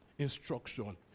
instruction